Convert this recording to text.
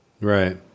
Right